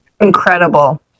incredible